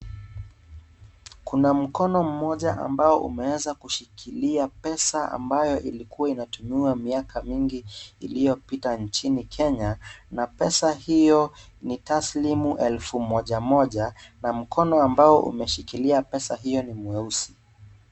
Kuna mkono mmoja ambao umeweza kushikilia pesa ambayo ilikua inatumiwa miaka mingi iliyopita nchini kenya na pesa hiyo ni taslimu elfu moja na mkono ambao umeshikilia pesa hiyo ni mweusi.